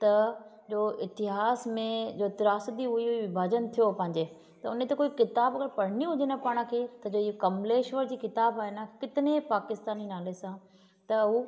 त जो इतिहास में जो त्रासदी हुई विभाजन थियो पंहिंजे त हुन ते कोई किताबु पढ़िणी हुजे न पाण खे त इहो कमलेश्वर जी किताबु आहे न कितने पाकिस्तानी नाले सां त हू